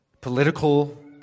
political